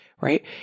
right